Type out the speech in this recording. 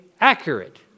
accurate